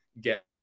get